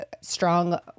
strong